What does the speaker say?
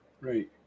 Right